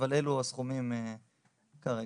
אבל אלה הסכומים כרגע.